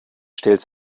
stellt